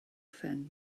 phen